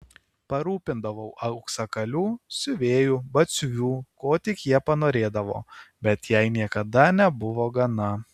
parūpindavau auksakalių siuvėjų batsiuvių ko tik ji panorėdavo bet jai niekada nebuvo gana